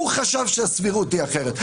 הוא חשב שהסבירות היא אחרת.